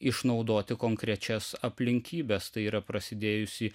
išnaudoti konkrečias aplinkybes tai yra prasidėjusį